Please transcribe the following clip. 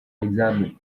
examined